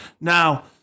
now